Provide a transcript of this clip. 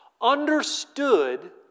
understood